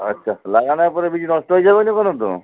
আচ্ছা লাগানোর পরে বীজ নষ্ট হয়ে যাবেনা কোনো তো